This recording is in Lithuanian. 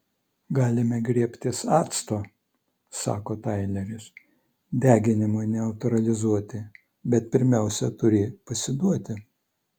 galime griebtis acto sako taileris deginimui neutralizuoti bet pirmiausia turi pasiduoti